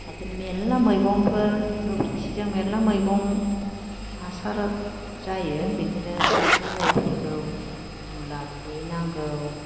बिदिनो मेरला मैगंफोर गोबोरखि जों मेरला मैगं हासार जायो बिदिनो दाथ' नै फैगौ मुला खुबैनांगौ